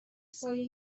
سایه